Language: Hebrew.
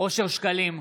אושר שקלים,